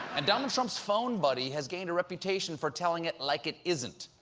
and donald trump's phone buddy has gained a reputation for telling it like it isn't,